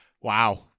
Wow